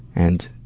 and